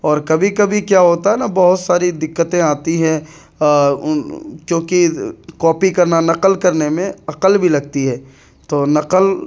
اور کبھی کبھی کیا ہوتا ہے نا بہت ساری دقتیں آتی ہیں چونکہ کاپی کرنا نقل کرنے میں عقل بھی لگتی ہے تو نقل